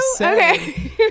okay